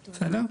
בסדר?